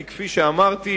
כי כפי שאמרתי,